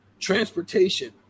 transportation